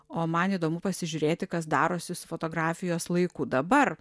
o man įdomu pasižiūrėti kas darosi su fotografijos laiku dabar